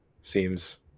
seems